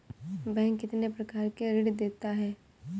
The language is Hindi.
बैंक कितने प्रकार के ऋण देता है?